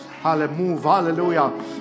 Hallelujah